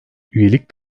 üyelik